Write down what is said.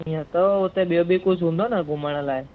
हीअं त हुते ॿियो बि कुझु हूंदो न घुमण लाइ